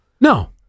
no